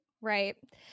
Right